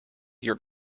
your